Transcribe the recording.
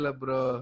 bro